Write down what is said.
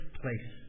place